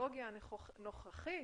שהטכנולוגיה הנוכחית